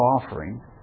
offering